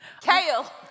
Kale